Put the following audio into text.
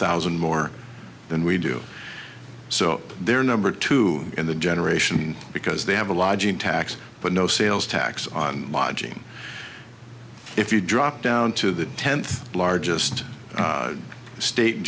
thousand more than we do so there number two in the generation because they have a lodging tax but no sales tax on lodging if you drop down to the tenth largest state